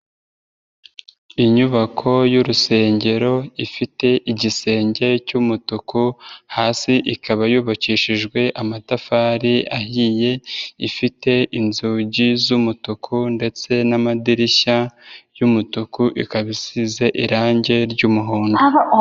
Inyubako y'urusengero ifite igisenge cy'umutuku, hasi ikaba yubakishijwe amatafari ahiye, ifite inzugi z'umutuku ndetse n'amadirishya yumutuku ikaba isize irangi ry'umuhondo.